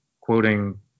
quoting